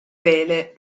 vele